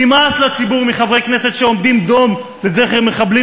נמאס לציבור מחברי כנסת שעומדים דום לזכר מחבלים